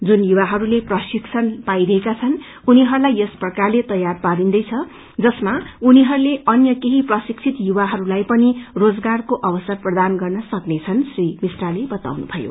जुन युवाहरूले प्रशिक्षण पाईरहेका छन् उनीहरूलाई यस प्रकारले तैयार पारिन्छ जसमा उनीहरूले अन्य केही प्रशिक्षित युवाहरूलाई पनि रोजगारको अवसर प्रदान गर्न सक्नेछन् श्री मिश्राले बताउनुभयो